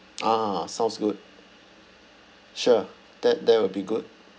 ah sounds good sure that that will be good